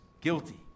guilty